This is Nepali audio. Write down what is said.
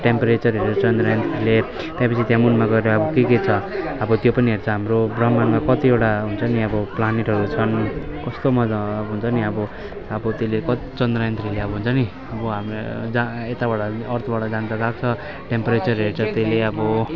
टेम्परेचर हेर्छ चन्द्रयानले त्यहाँपछि त्यहाँ मुनमा गएर अब के के छ अब त्यो पनि हेर्छ हाम्रो ब्रह्माण्डमा कतिवटा हुन्छ नि अब प्लानेटहरू छन् कस्तो मज्जा हुन्छ नि अब अब त्यसले कति चन्द्रयान थ्रीले अब हुन्छ नि अब हाम्रो जहाँ यताबाट अर्थबाट जानु त गएको छ टेम्परेचर हेर्छ त्यसले अब